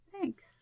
Thanks